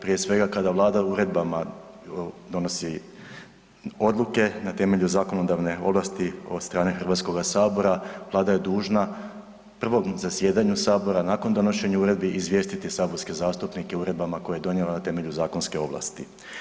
Prije svega kada Vlada uredbama donosi odluke na temelju zakonodavne ovlasti od strane Hrvatskoga sabora, Vlada je dužna prvom zajedanju sabora nakon donošenja uredbe izvijestiti saborske zastupnike o uredbama koje je donijela na temelju zakonske ovlasti.